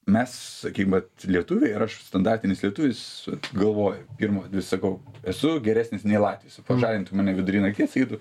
mes sakym vat lietuviai ir aš standartinis lietuvis galvoju pirma vis sakau esu geresnis nei latviai pažadintų mane vidury nakties sakytų